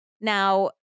Now